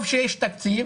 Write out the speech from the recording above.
טוב שיש תקציב,